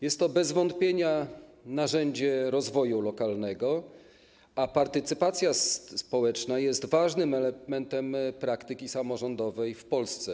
Jest to bez wątpienia narzędzie rozwoju lokalnego, a partycypacja społeczna jest ważnym elementem praktyki samorządowej w Polsce.